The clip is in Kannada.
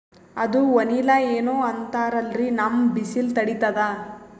ಅದು ವನಿಲಾ ಏನೋ ಅಂತಾರಲ್ರೀ, ನಮ್ ಬಿಸಿಲ ತಡೀತದಾ?